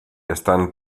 están